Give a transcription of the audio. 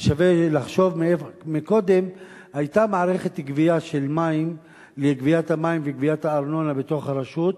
ושווה לחשוב: קודם היתה מערכת לגביית המים וגביית הארנונה בתוך הרשות.